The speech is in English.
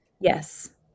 Yes